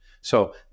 So-